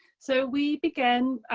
so we began